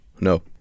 no